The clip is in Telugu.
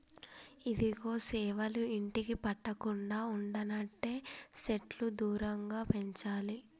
ఇదిగో సేవలు ఇంటికి పట్టకుండా ఉండనంటే సెట్లు దూరంగా పెంచాలి